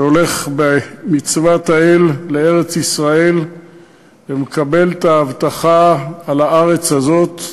שהולך במצוות האל לארץ-ישראל ומקבל את ההבטחה על הארץ הזאת,